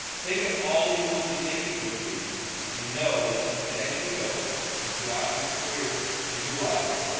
think of all you will be taking with you and know that as you go and throughout your career and your life,